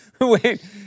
Wait